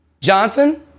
Johnson